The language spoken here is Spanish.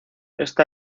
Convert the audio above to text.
esta